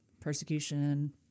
persecution